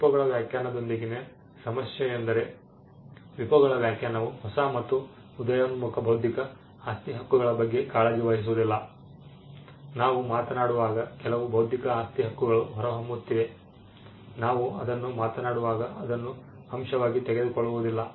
WIPO ಗಳ ವ್ಯಾಖ್ಯಾನದೊಂದಿಗಿನ ಸಮಸ್ಯೆ ಎಂದರೆ WIPO ಗಳ ವ್ಯಾಖ್ಯಾನವು ಹೊಸ ಮತ್ತು ಉದಯೋನ್ಮುಖ ಬೌದ್ಧಿಕ ಆಸ್ತಿ ಹಕ್ಕುಗಳ ಬಗ್ಗೆ ಕಾಳಜಿ ವಹಿಸುವುದಿಲ್ಲ ನಾವು ಮಾತನಾಡುವಾಗ ಕೆಲವು ಬೌದ್ಧಿಕ ಆಸ್ತಿ ಹಕ್ಕುಗಳು ಹೊರಹೊಮ್ಮುತ್ತಿವೆ ನಾವು ಅದನ್ನು ಮಾತನಾಡುವಾಗ ಅದನ್ನು ಅಂಶವಾಗಿ ತೆಗೆದುಕೊಳ್ಳುವುದಿಲ್ಲ